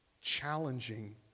challenging